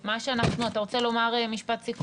אתה רוצה לומר משפט סיכום?